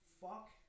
fuck